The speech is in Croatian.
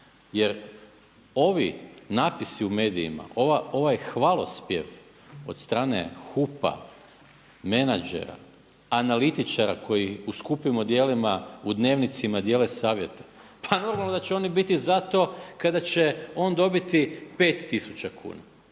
jer ovi napisi u medijima, ovaj hvalospjev od strane HUP-a, menadžera, analitičara koji u skupim odijelima u dnevnicima dijele savjete, pa normalno da će oni biti zato kada je on dobiti pet tisuća